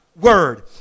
word